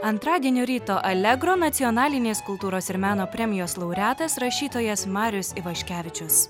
antradienio ryto allegro nacionalinės kultūros ir meno premijos laureatas rašytojas marius ivaškevičius